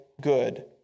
good